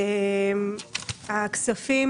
הכספים